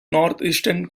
northeastern